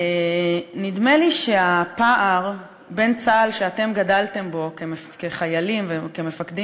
נדמה לי שהפער בין צה"ל שאתם גדלתם בו כחיילים וכמפקדים